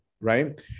right